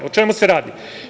O čemu se radi?